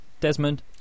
Desmond